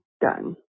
done